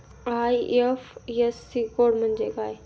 IFSC code म्हणजे काय?